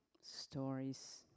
stories